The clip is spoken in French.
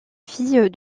fille